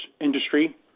industry